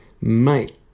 Mate